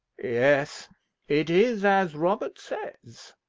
yes it is as robert says,